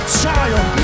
child